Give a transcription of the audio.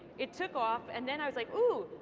it took off, and then i was like oh,